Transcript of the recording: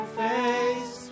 face